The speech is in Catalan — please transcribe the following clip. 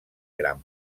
gran